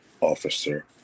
officer